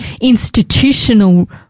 institutional